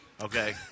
Okay